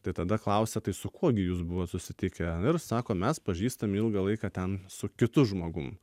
tai tada klausia tai su kuo gi jūs buvot susitikę ir sako mes pažįstam ilgą laiką ten su kitu žmogum